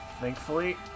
thankfully